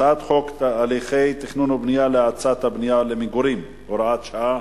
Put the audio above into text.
הצעת חוק הליכי תכנון ובנייה להאצת הבנייה למגורים (הוראת שעה),